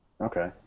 Okay